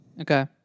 Okay